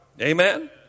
Amen